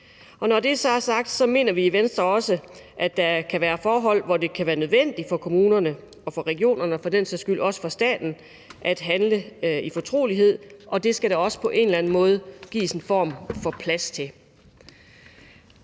Når det så er sagt, mener vi også i Venstre, at der kan være forhold, hvor det kan være nødvendigt for kommunerne, for regionerne og for den sags skyld også for staten at handle i fortrolighed, og det skal der også på en eller anden måde gives en form for plads til.